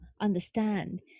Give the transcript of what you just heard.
understand